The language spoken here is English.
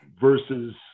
versus